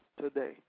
today